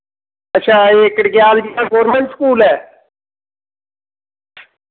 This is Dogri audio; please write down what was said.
अच्छा कड़कयाल जित्थें गौरमेंट स्कूल ऐ